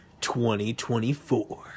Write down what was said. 2024